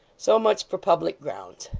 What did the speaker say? so much for public grounds.